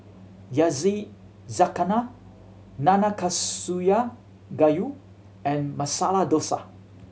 Yakizakana Nanakusa Gayu and Masala Dosa